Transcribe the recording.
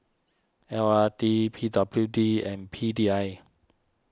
L R T P W D and P D I